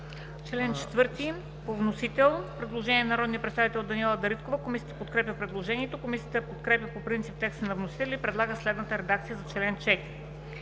Член 4 по вносител – предложение на народния представител Даниела Дариткова. Комисията подкрепя предложението. Комисията подкрепя по принцип текста на вносителя и предлага следната редакция на чл.